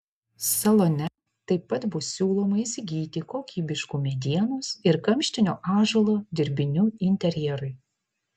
salone taip pat bus siūloma įsigyti kokybiškų medienos ir kamštinio ąžuolo dirbinių interjerui